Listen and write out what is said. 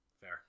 Fair